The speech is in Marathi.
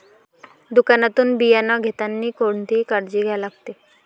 दुकानातून बियानं घेतानी कोनची काळजी घ्या लागते?